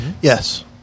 Yes